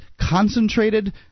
concentrated